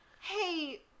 hey